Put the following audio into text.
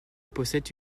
possède